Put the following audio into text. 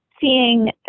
seeing